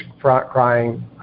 crying